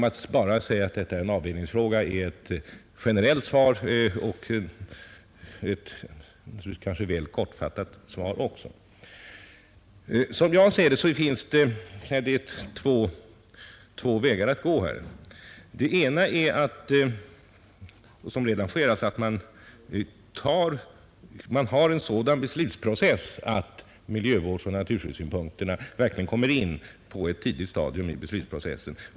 Att säga att detta är en avvägningsfråga är ett generellt och kanske väl kortfattat svar. Som jag ser saken finns det två vägar att gå. Den ena är att man, som redan sker, har en sådan beslutsprocess att miljövårdsoch naturskyddssynpunkterna verkligen kommer in på ett tidigt stadium.